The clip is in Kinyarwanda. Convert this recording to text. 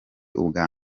ubwa